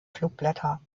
flugblätter